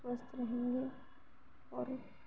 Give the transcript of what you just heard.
سوستھ رہیں گے اور